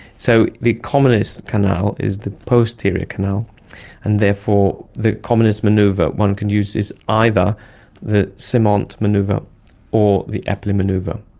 so the commonest canal is the posterior canal and therefore the commonest manoeuver one can use is either the semont manoeuver or the epley manoeuver.